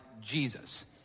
Jesus